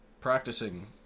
Practicing